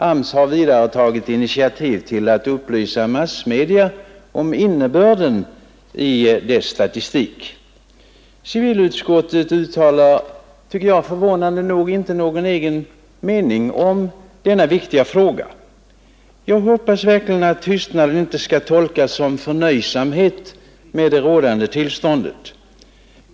AMS har vidare tagit initiativ till att upplysa massmedia om innebörden av dess statistik. Civilutskottet uttalar förvånande nog inte någon egen mening i denna viktiga fråga. Jag hoppas verkligen att tystnaden inte skall tolkas som förnöjsamhet med det nuvarande tillståndet.